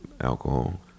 alcohol